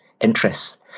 interests